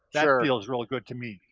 that feels really good to me.